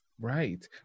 Right